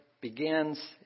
begins